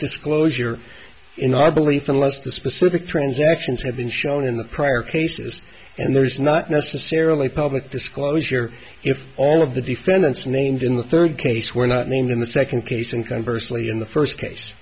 disclosure in our belief unless the specific transactions have been shown in the prior cases and there's not necessarily public disclosure if all of the defendants named in the third case were not named in the second case and conversely in the first case